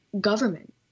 government